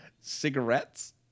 cigarettes